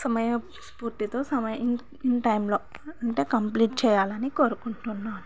సమయస్పూర్తితో సమయం in in టైంలో అంటే కంప్లీట్ చేయాలని కోరుకుంటున్నాను